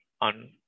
on